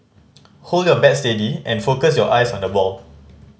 hold your bat steady and focus your eyes on the ball